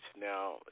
Now